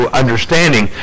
understanding